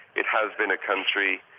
it has been a country,